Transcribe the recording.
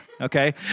okay